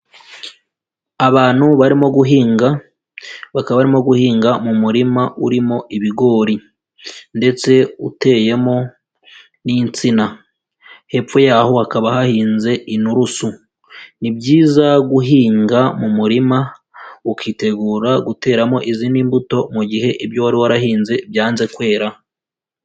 Abantu barimo guhinga, bakaba barimo guhinga mu murima urimo ibigori ndetse uteyemo n'intsina, hepfo yaho hakaba hahinze inturusu, ni byiza guhinga mu murima ukitegura guteramo izindi mbuto mu gihe ibyo wari warahinze byanze kwera.